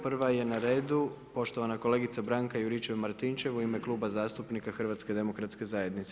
Prva je na redu poštovana kolegica Branka Juričev-Martinčev u ime Kluba zastupnika HDZ-a.